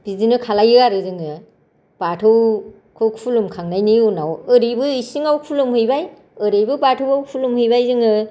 बिदिनो खालामो आरो जोङो बाथौखौ खुलुमखांनायनि उनाव ओरैबो इसिंआव खुलुमहैबाय ओरैबो बाथौआव खुलुम हैबाय जोङो